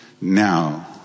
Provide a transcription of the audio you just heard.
now